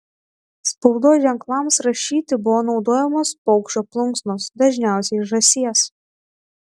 spaudos ženklams rašyti buvo naudojamos paukščio plunksnos dažniausiai žąsies